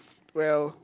well